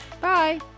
Bye